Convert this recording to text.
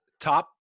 top